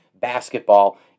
basketball